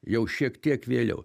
jau šiek tiek vėliau